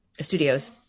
studios